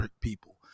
people